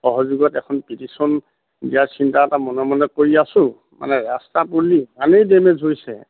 সহযোগত এখন পিটিছন দিয়াৰ চিন্তা এটা মনে মনে কৰি আছোঁ মানে ৰাস্তা ডেমেজ হৈছে